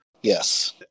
yes